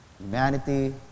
humanity